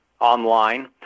online